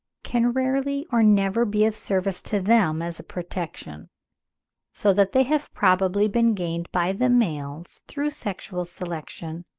can rarely or never be of service to them as a protection so that they have probably been gained by the males through sexual selection,